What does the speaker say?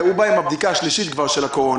הוא בא עם הבדיקה השלישית כבר של הקורונה,